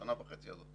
בשנה וחצי הזאת.